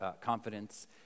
confidence